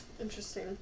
Interesting